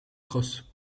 crosses